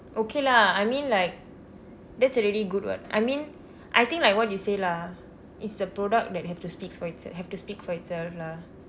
okay lah I mean like that's really good [what] I mean I think like what you say lah it's the product that have to speaks for it's have to speak for itself lah